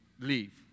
leave